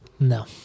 No